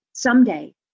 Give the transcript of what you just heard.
someday